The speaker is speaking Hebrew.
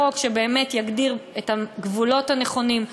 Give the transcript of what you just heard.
חוק שבאמת יגדיר את הגבולות הנכונים,